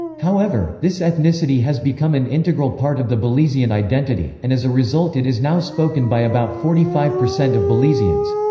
however, this ethnicity has become an integral part of the belizean identity, and as a result it is now spoken by about forty five percent of belizeans.